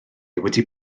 wedi